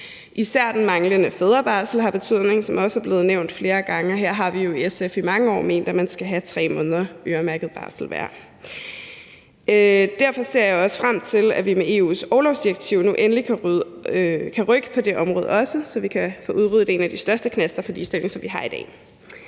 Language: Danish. Især den manglende fædrebarsel har betydning, som det også er blevet nævnt flere gange, og her har vi jo i SF i mange år ment, at man skal have 3 måneder øremærket barsel hver. Derfor ser jeg også frem til, at vi med EU's orlovsdirektiv nu endelig kan rykke på det område også, så vi kan få udryddet en af de største knaster for ligestilling, som vi har i dag.